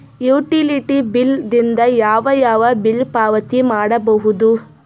Utility bill ದಿಂದ ಯಾವ ಯಾವ ಬಿಲ್ ಪಾವತಿ ಮಾಡಬಹುದು?